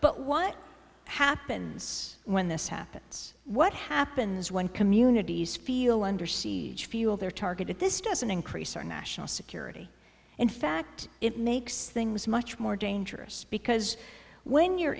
but what happens when this happens what happens when communities feel under siege fuel they're targeted this doesn't increase our national security in fact it makes things much more dangerous because when you're